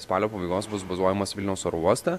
spalio pabaigos bus bazuojamas vilniaus oro uoste